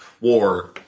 War